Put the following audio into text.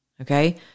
Okay